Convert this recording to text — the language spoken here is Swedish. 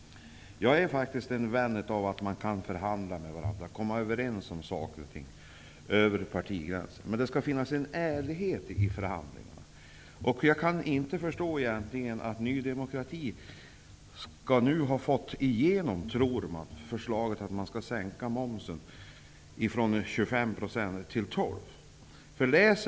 Jag är en vän av att förhandla med varandra och komma överens om saker över partigränserna. Men det skall finnas en ärlighet i förhandlingarna. Jag kan inte förstå att Ny demokrati nu har fått igenom -- tror man -- förslaget om att sänka momsen från 25 % till 12 %.